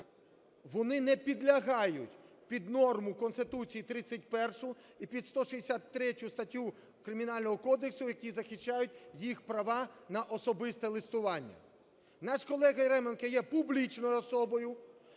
вони не підлягають під норму Конституції 31-у і під 163 статтю Кримінального кодексу, які захищають їхнє права на особисте листування. Наш колега Яременко є публічною особою.